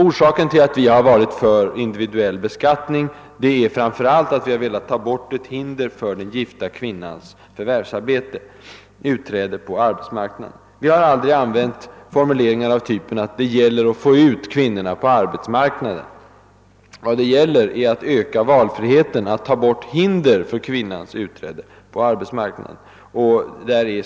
Orsaken till att vi har verkat för en individuell beskattning är framför allt att vi har velat avlägsna ett hinder för den gifta kvinnans utträde på arbetsmarknaden. Vi har aldrig använt formuleringar av typen att det gäller att »få ut kvinnorna på arbetsmarknaden«. Vad det gäller är att öka valfriheten, att ta bort hinder för kvinnans utträde på arbetsmarknaden.